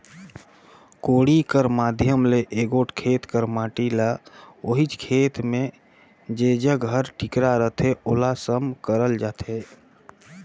कोड़ी कर माध्यम ले एगोट खेत कर माटी ल ओहिच खेत मे जेजग हर टिकरा रहथे ओला सम करल जाथे